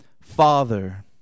Father